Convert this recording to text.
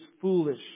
foolish